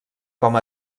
com